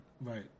Right